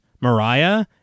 Mariah